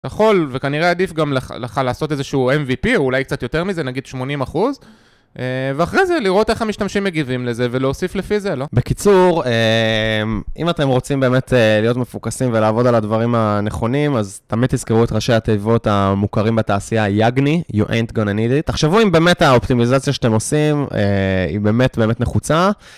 יכול, וכנראה עדיף גם לך לעשות איזשהו MVP, או אולי קצת יותר מזה, נגיד 80%. ואחרי זה, לראות איך המשתמשים מגיבים לזה, ולהוסיף לפי זה, לא? בקיצור, אם אתם רוצים באמת להיות מפוקסים ולעבוד על הדברים הנכונים, אז תמיד תזכרו את ראשי התיבות המוכרים בתעשייה, YAGNI You ain't gonna need it. תחשבו אם באמת האופטימיזציה שאתם עושים היא באמת נחוצה.